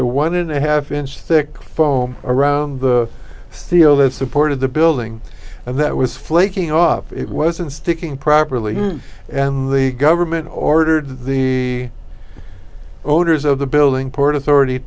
a one and a half inch thick foam around the c e o that supported the building and that was flaking off it wasn't sticking properly and when the government ordered the owners of the building port authority